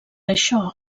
això